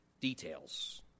details